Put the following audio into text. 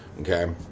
okay